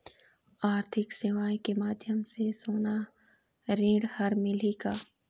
आरथिक सेवाएँ के माध्यम से सोना ऋण हर मिलही का?